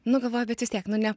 nu galvoju bet vis tiek nu ne